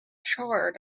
charred